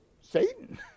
Satan